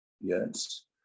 yes